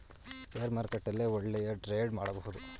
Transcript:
share market ಅಲ್ಲೇ ಒಳ್ಳೆಯ trade ಮಾಡಬಹುದು